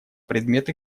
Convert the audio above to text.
предмет